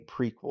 prequel